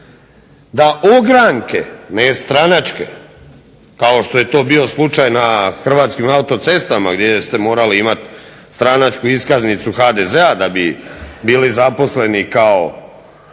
da ogranke, ne stranačke kao što je to bio slučaj na Hrvatskim autocestama gdje ste morali imati stranačku iskaznicu HDZ-a da bi bili zaposleni kao